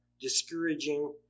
discouraging